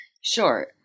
Sure